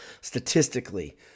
statistically